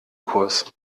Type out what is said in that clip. kurs